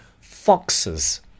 foxes